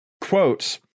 quotes